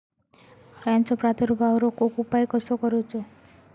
अळ्यांचो प्रादुर्भाव रोखुक उपाय कसो करूचो?